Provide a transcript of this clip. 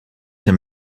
him